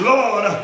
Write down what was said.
Lord